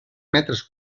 metres